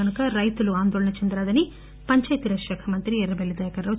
కనుక రైతులు ఆందోళన చెందరాదని పంచాయితీరాజ్ శాఖ మంత్రి ఎర్రబెల్లి దయాకర్ రావు చెప్పారు